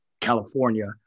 California